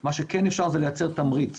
מה שכן אפשר זה לייצר תמריץ